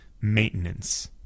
Maintenance